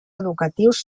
educatius